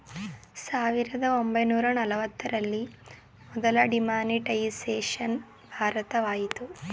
ಸಾವಿರದ ಒಂಬೈನೂರ ನಲವತ್ತರಲ್ಲಿ ಮೊದಲ ಡಿಮಾನಿಟೈಸೇಷನ್ ಭಾರತದಲಾಯಿತು